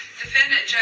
defendant